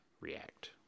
react